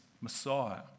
Messiah